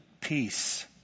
peace